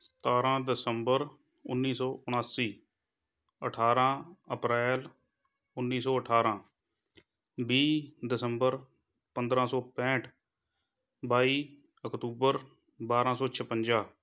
ਸਤਾਰ੍ਹਾਂ ਦਸੰਬਰ ਉੱਨੀ ਸੌ ਉਣਾਸੀ ਅਠਾਰ੍ਹਾਂ ਅਪ੍ਰੈਲ ਉੱਨੀ ਸੌ ਅਠਾਰ੍ਹਾਂ ਵੀਹ ਦਸੰਬਰ ਪੰਦਰਾਂ ਸੌ ਪੈਂਹਠ ਬਾਈ ਅਕਤੂਬਰ ਬਾਰ੍ਹਾਂ ਸੌ ਛਪੰਜਾ